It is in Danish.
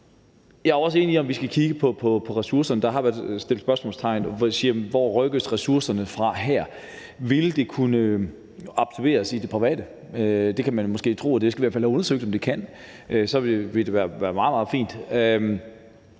Jeg er også enig i, at vi skal kigge på ressourcerne. Der har været sat spørgsmålstegn ved, hvorfra ressourcerne her rykkes. Ville det kunne absorberes i det private? Det kan man måske tro, og det skal vi i hvert fald have undersøgt om det kan, og så vil det være meget, meget fint.